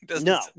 No